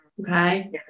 Okay